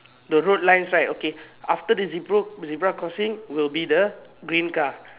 the road lines right okay after the zebr~ zebra crossing will be the green car